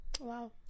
Wow